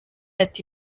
ati